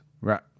Right